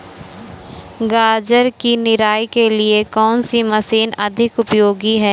गाजर की निराई के लिए कौन सी मशीन अधिक उपयोगी है?